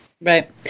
Right